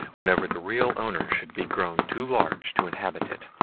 whenever the real owner should be grown too large to inhabit